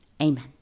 Amen